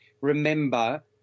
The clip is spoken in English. remember